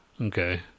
Okay